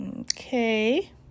Okay